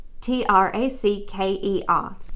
T-R-A-C-K-E-R